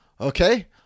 Okay